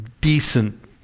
decent